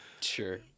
Sure